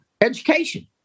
education